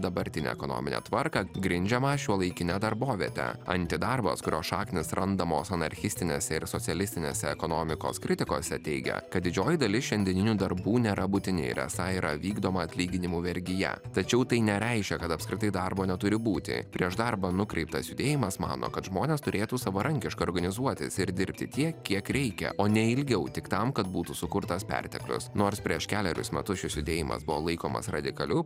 dabartinę ekonominę tvarką grindžiamą šiuolaikine darboviete antidarbas kurio šaknys randamos anarchistinėse ir socialistinėse ekonomikos kritikose teigia kad didžioji dalis šiandieninių darbų nėra būtini ir esą yra vykdoma atlyginimų vergija tačiau tai nereiškia kad apskritai darbo neturi būti prieš darbą nukreiptas judėjimas mano kad žmonės turėtų savarankiškai organizuotis ir dirbti tiek kiek reikia o ne ilgiau tik tam kad būtų sukurtas perteklius nors prieš kelerius metus šis judėjimas buvo laikomas radikaliu